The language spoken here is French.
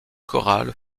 corral